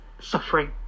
suffering